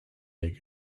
egg